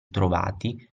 trovati